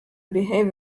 behave